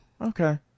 Okay